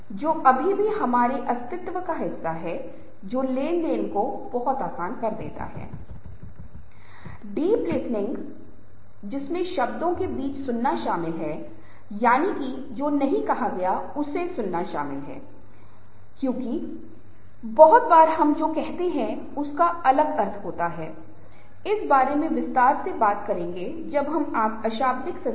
इसलिए हमेशा वे किसी तरह से दुविधा में रहते हैं कि क्या कहना है क्या नहीं कहना है और इन व्यवहारों के कारण वे असुरक्षित हो जाते हैं क्योंकि दूसरे जो कुछ भी कह रहे हैं उसके लिए वे मान लेते हैं वे मान लेते हैं और जिस तरह से चाहें निर्णय का उपयोग करते हैं